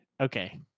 Okay